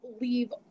leave